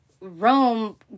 Rome